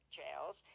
jails